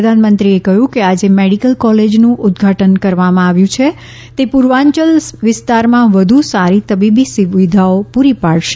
પ્રધાનમંત્રીએ કહ્યું કે આજે મેડિકલ કોલેજનું ઉદ્ઘાટન કરવામાં આવ્યું છે તે પૂર્વાંચલ વિસ્તારમાં વધુ સારી તબીબી સુવિધાઓ પુરી પાડશે